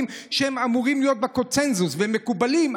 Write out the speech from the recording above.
שהם אמורים להיות בקונסנזוס והם מקובלים,